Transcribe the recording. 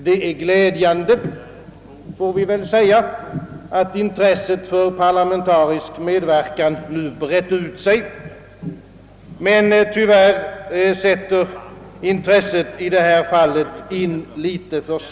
Man får väl säga, att det är glädjande, att intresset för parlamentarisk medverkan nu har brett ut sig, men tyvärr sätter det intresset in litet för sent i detta fall.